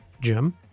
Jim